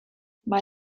mae